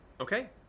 Okay